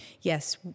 yes